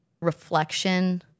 reflection